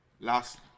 last